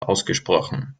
ausgesprochen